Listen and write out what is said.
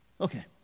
Okay